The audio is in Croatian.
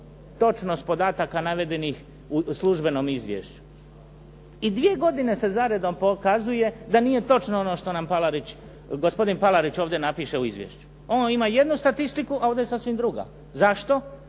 točnost podataka navedenih u službenom izvješću. I dvije godine se za redom pokazuje da nije točno ono što nam gospodin Palarić ovdje napiše u izvješću. On ima jednu statistiku a ovdje je sasvim druga. Zašto?